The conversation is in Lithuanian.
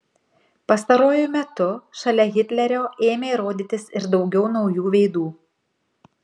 pastaruoju metu šalia hitlerio ėmė rodytis ir daugiau naujų veidų